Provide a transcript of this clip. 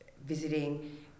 visiting